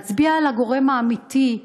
להצביע על הגורם האמיתי,